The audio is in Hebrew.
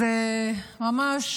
ממש